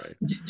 right